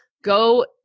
Go